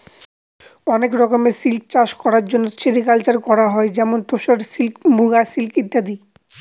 অনেক রকমের সিল্ক চাষ করার জন্য সেরিকালকালচার করা হয় যেমন তোসর সিল্ক, মুগা সিল্ক ইত্যাদি